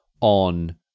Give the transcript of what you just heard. on